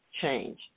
change